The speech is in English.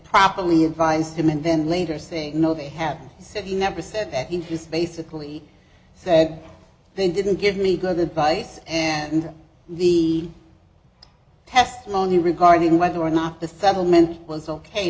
properly advised him and then later saying no they have said he never said that he just basically said they didn't give me good advice and the testimony regarding whether or not the settlement was ok